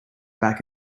back